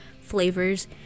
flavors